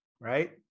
right